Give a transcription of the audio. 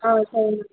ஆ சரிங்க